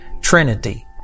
trinity